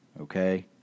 okay